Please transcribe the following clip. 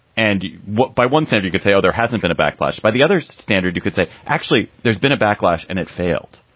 and what by one senator could say, oh, there hasn't been a backlash. by the other standard, you could say actually there's been a backlash and it failed.